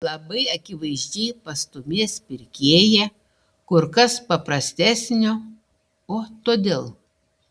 labai akivaizdžiai pastūmės pirkėją kur kas paprastesnio o todėl